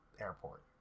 airport